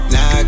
Now